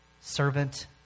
servant